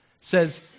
says